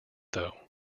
though